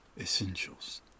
essentials